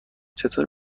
چطور